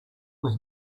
was